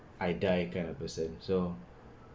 I die kind of person so